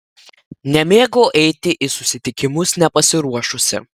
nemėgau eiti į susitikimus nepasiruošusi